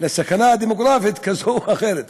סכנה דמוגרפית כזאת או אחרת.